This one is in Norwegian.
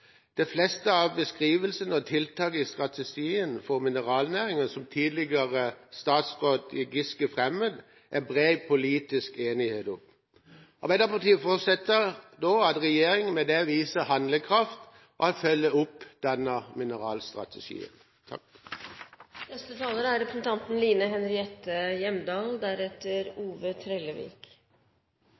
«De fleste beskrivelsene og tiltakene i strategi for mineralnæringen – som tidligere statsråd Giske fremmet – er det bred politisk enighet om.» Arbeiderpartiet forutsetter at regjeringen med dette viser handlekraft og følger opp denne mineralstrategien.